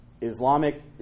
Islamic